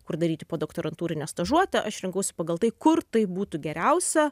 kur daryti podoktorantūrinę stažuotę aš rinkausi pagal tai kur tai būtų geriausia